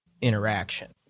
interaction